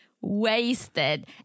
Wasted